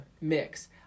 mix